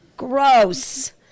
gross